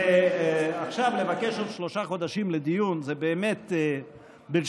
ועכשיו לבקש עוד שלושה חודשים לדיון זה באמת מוזר בעיניי,